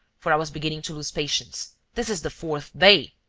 for i was beginning to lose patience. this is the fourth day.